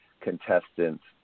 contestants